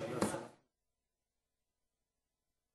אני מתנצל.